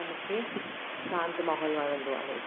ऐं मूंखे शांति माहोल वणंदो आहे